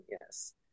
yes